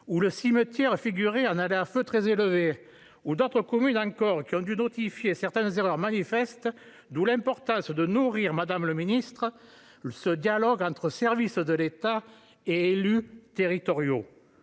où le cimetière figurait en aléa feux très élevé ou d'autres communes qui ont dû notifier certaines erreurs manifestes, d'où l'importance, madame la ministre, de nourrir ce dialogue entre services de l'État et élus territoriaux.